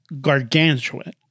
gargantuan